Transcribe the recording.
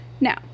Now